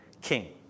king